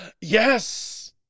Yes